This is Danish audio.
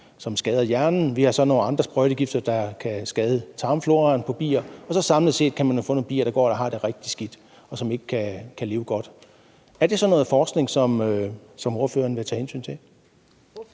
som skader hjernen, og vi har nogle andre sprøjtegifte, der kan skade tarmfloraen hos bier, så samlet set kan man jo få nogle bier, der har det rigtig skidt, og som ikke kan leve godt. Er det sådan noget forskning, som ordføreren vil tage hensyn til?